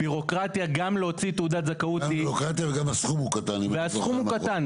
הבירוקרטיה להוציא תעודת זכאות --- גם הבירוקרטיה וגם הסכום הוא קטן.